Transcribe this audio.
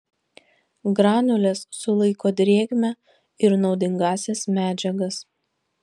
granulės sulaiko drėgmę ir naudingąsias medžiagas